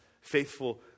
faithful